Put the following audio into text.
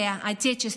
(חוזרת על הדברים ברוסית.)